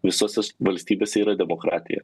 visose valstybėse yra demokratija